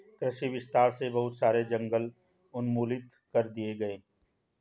कृषि विस्तार से बहुत सारे जंगल उन्मूलित कर दिए गए